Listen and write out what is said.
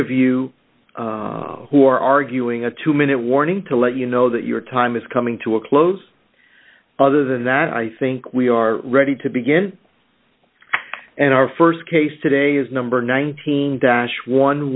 of you who are arguing a two minute warning to let you know that your time is coming to a close other than that i think we are ready to begin and our st case today is number nineteen dash